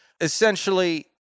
Essentially